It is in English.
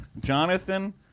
Jonathan